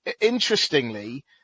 interestingly